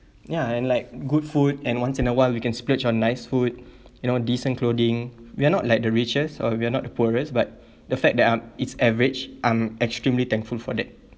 ya and like good food and once in a while we can splurge on nice food you know decent clothing we're not like the richest or we're not poorest but the fact that um it's average I'm extremely thankful for that